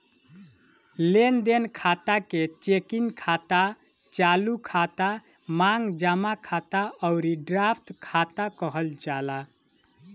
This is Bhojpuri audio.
लेनदेन खाता के चेकिंग खाता, चालू खाता, मांग जमा खाता अउरी ड्राफ्ट खाता कहल जाला